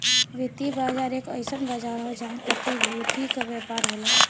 वित्तीय बाजार एक अइसन बाजार हौ जहां प्रतिभूति क व्यापार होला